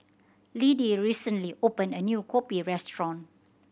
Liddie recently opened a new kopi restaurant